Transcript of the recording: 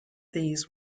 these